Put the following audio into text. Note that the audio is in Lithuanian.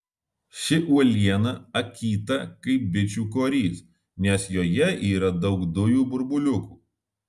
ši uoliena akyta kaip bičių korys nes joje yra daug dujų burbuliukų